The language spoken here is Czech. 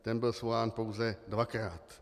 Ten byl svolán pouze dvakrát.